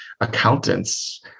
accountants